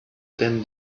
din